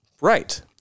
right